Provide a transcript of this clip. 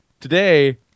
today